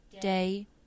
day